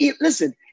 Listen